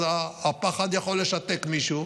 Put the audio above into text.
אז הפחד יכול לשתק מישהו,